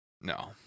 No